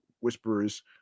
whisperers